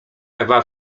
ewa